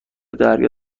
دریا